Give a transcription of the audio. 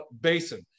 Basin